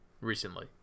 recently